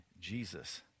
Jesus